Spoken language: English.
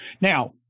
Now